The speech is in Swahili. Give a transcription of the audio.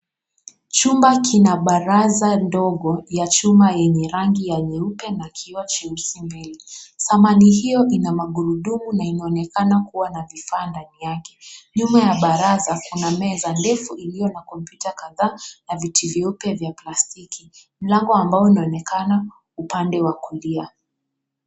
Chumba kina baraza ndogo ya chuma yenye rangi ya nyeupe na kioo cheusi mbele samani hiyo ina magurudumu na inanaonekana kuwa na vifaa ndani yake. Nyuma ya baraza kuna meza ndefu iliyo na computer kadhaa na viti vyeupe vya plastiki, mlango wa mbao unaonekana upande wa kulia.